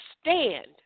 stand